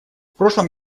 прошлом